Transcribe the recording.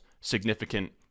significant